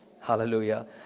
Hallelujah